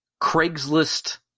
Craigslist